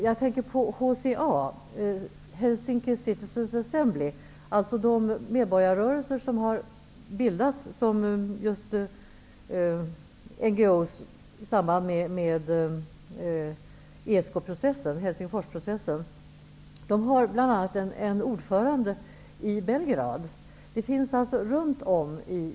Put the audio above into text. Jag tänker på HCA -- Helsinki Citizens' Assembly -- dvs. de medborgarrörelser som har bildats som just NGO:s i samband med ESK processen. De har bl.a. en ordförande i Belgrad.